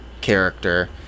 character